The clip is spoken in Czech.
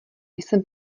jsem